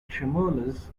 tremulous